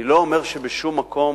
אני לא אומר שבשום מקום